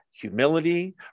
humility